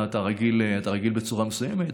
אתה רגיל בצורה מסוימת,